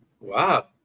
Wow